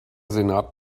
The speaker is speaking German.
senat